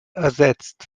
ersetzt